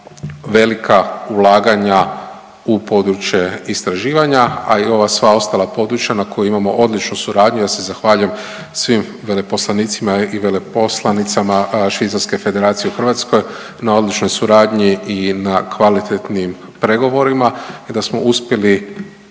velika ulaganja u područje istraživanja, a i ova sva ostala područja na koja imamo odličnu suradnju, ja se zahvaljujem svim veleposlanicima i veleposlanicama Švicarske federacije u Hrvatskoj na odličnoj suradnji i na kvalitetnim pregovorima i da smo uspjeli